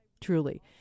truly